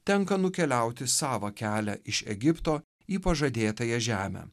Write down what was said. tenka nukeliauti savą kelią iš egipto į pažadėtąją žemę